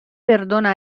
perdona